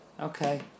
Okay